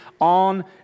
on